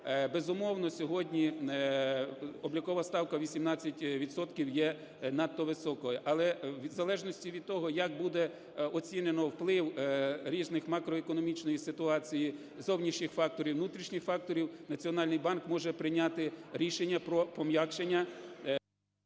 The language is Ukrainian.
Безумовно, сьогодні облікова ставка 18 відсотків є надто високою, але в залежності від того як буде оцінено вплив різних: макроекономічної ситуації, зовнішніх факторів, внутрішніх факторів, Національний банк може прийняти рішення про пом'якшення…